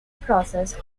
process